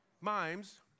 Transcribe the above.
Mimes